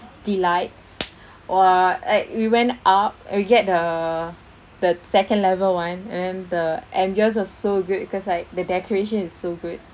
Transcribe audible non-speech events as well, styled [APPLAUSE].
delight [NOISE] !wah! like we went up and we get the the second level one and then the ambiance was so good because like the decoration is so good